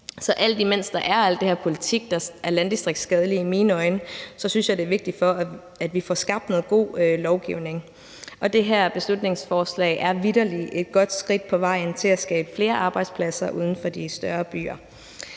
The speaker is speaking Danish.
politik, der i mine øjne er landdistriktsskadelig, så synes jeg, det er vigtigt, at vi får skabt noget god lovgivning, og det her beslutningsforslag er vitterlig et godt skridt på vejen til at skabe flere arbejdspladser uden for de større byer.